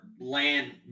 land